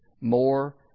more